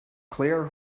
clear